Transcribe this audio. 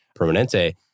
Permanente